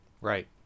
Right